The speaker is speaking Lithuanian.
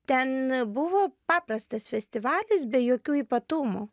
ten buvo paprastas festivalis be jokių ypatumų